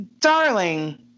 darling